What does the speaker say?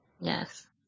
Yes